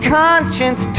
conscience